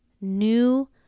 new